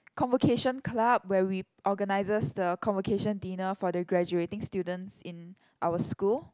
convocation club where we organizes the convocation dinner for the graduating students in our school